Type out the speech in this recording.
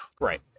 right